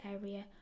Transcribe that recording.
area